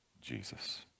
Jesus